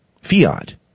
Fiat